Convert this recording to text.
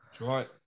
Right